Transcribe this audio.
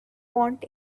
want